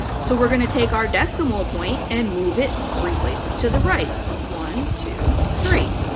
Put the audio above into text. so we're going to take our decimal point and move it three places to the right one two three.